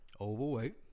Overweight